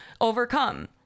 overcome